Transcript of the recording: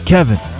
Kevin